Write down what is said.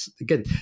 Again